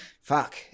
fuck